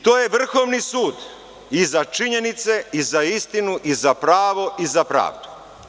To je Vrhovni sud, i za činjenice i za istinu i za pravo i za pravdu.